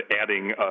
adding